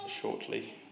shortly